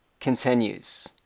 continues